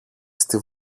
στη